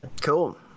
cool